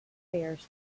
affairs